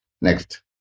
Next